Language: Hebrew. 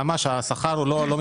השכר לא מתוקצב.